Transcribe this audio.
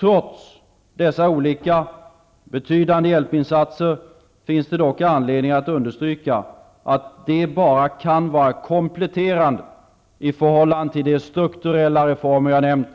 Trots dessa olika och betydande hjälpinsatser finns dock anledning att understryka, att de bara kan vara kompletterande i förhållande till de strukturella reformer jag nu nämnt,